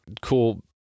cool